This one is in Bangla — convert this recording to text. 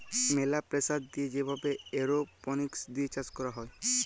ম্যালা প্রেসার দিয়ে যে ভাবে এরওপনিক্স দিয়ে চাষ ক্যরা হ্যয়